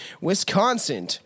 Wisconsin